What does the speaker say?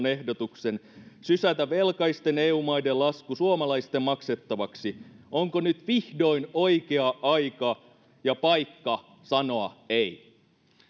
ehdotuksen sysätä velkaisten eu maiden lasku suomalaisten maksettavaksi onko nyt vihdoin oikea aika ja paikka sanoa ei